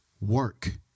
work